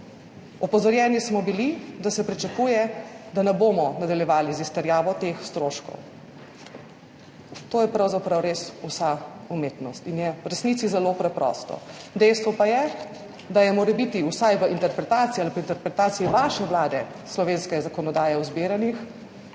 Opozorjeni smo bili, da se pričakuje, da ne bomo nadaljevali z izterjavo teh stroškov. To je pravzaprav res vsa umetnost in je v resnici zelo preprosto. Dejstvo pa je, da je morebiti vsaj v interpretaciji slovenske zakonodaje o zbiranjih